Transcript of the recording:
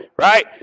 Right